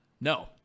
No